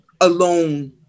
alone